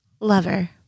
Lover